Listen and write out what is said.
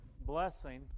blessing